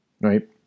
right